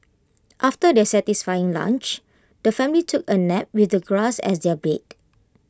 after their satisfying lunch the family took A nap with the grass as their bed